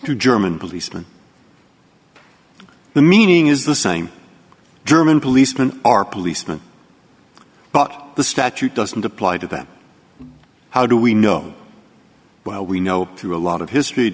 what german policeman the meaning is the same german policeman are policeman but the statute doesn't apply to them how do we know well we know through a lot of history